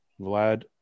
Vlad